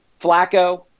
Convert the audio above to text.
flacco